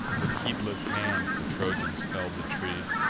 with heedless hands the trojans fell'd the tree,